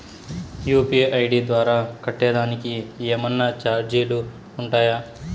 UPI ID ద్వారా కట్టేదానికి ఏమన్నా చార్జీలు ఉండాయా?